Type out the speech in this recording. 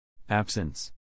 absence